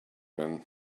been